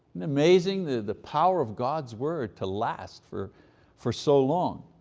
amazing the the power of god's word to last for for so long.